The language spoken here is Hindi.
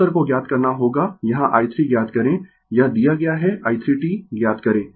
उत्तर को ज्ञात करना होगा यहाँ i 3 ज्ञात करें यह दिया गया है i 3 t ज्ञात करें